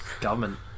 government